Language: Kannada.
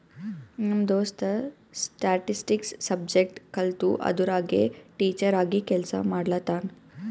ನಮ್ ದೋಸ್ತ ಸ್ಟ್ಯಾಟಿಸ್ಟಿಕ್ಸ್ ಸಬ್ಜೆಕ್ಟ್ ಕಲ್ತು ಅದುರಾಗೆ ಟೀಚರ್ ಆಗಿ ಕೆಲ್ಸಾ ಮಾಡ್ಲತಾನ್